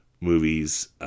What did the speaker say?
movies